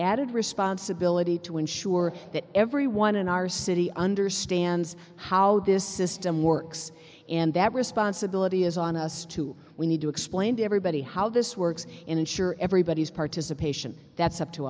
added responsibility to ensure that everyone in our city understands how this system works and that responsibility is on us to we need to explain to everybody how this works ensure everybody's participation that's up to